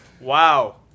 Wow